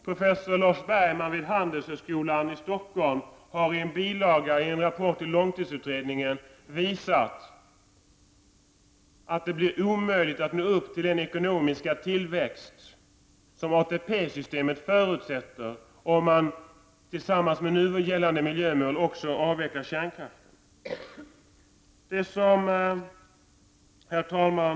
Professor Lars Bergman vid Handelshögskolan i Stockholm har i en bilaga till en rapport till långtidsutredningen visat att det blir omöjligt att nå upp till den ekonomiska tillväxt som ATP-systemet förutsätter om man tillsammans med nu gällande miljömål också avvecklar kärnkraften. Herr talman!